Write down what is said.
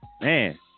Man